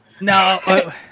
No